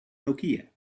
nokia